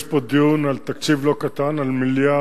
יש פה דיון על תקציב לא קטן, על 1.4